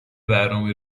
برنامه